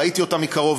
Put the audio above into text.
ראיתי אותם מקרוב,